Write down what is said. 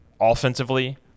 offensively